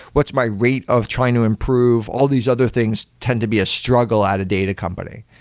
what's my rate of trying to improve? all these other things tend to be a struggle at a data company.